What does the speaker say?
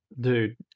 Dude